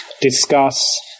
discuss